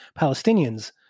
Palestinians